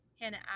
Hannah